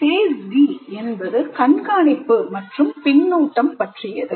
phase D என்பது கண்காணிப்பு மற்றும் பின்னூட்டம் பற்றியது